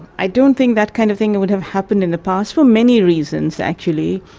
i don't think that kind of thing would have happened in the past, for many reasons actually.